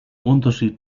unterschied